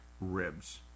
ribs